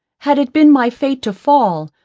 had it been my fate to fall,